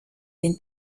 den